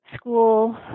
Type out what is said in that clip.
school